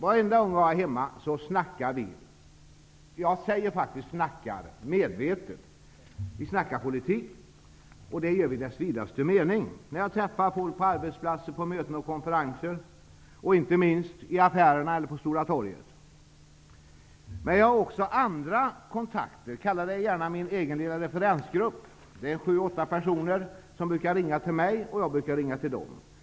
Varenda gång jag är hemma så ''snackar'' vi -- jag säger faktiskt medvetet ''snacka'' -- politik, i dess vidaste mening, när vi träffas på olika arbetsplatser, på möten och konferenser, inte minst i affärerna och på Stora Torget. Men jag har också andra kontakter, kalla det gärna min egen lilla ''referensgrupp''. Det är en sju åtta personer som brukar ringa till mig och som jag brukar ringa till.